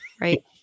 Right